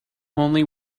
only